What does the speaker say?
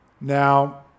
Now